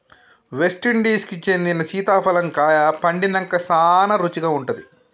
West Indies కి చెందిన సీతాఫలం కాయ పండినంక సానా రుచిగా ఉంటాది